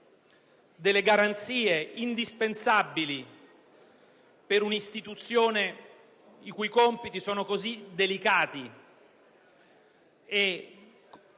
delle garanzie indispensabili per una istituzione i cui compiti sono così delicati